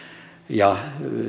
ja